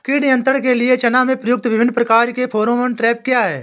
कीट नियंत्रण के लिए चना में प्रयुक्त विभिन्न प्रकार के फेरोमोन ट्रैप क्या है?